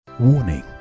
Warning